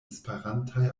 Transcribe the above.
esperantaj